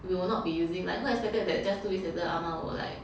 we will not be using like who expected that just two weeks later ah ma will like